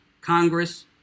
Congress